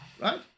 Right